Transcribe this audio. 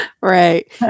Right